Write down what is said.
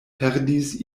perdis